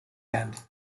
end